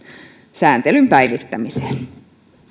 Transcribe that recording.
sääntelyn päivittämiseen